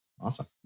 Awesome